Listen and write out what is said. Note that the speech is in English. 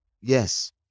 yes